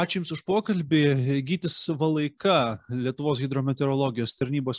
ačiū jums už pokalbį gytis valaika lietuvos hidrometeorologijos tarnybos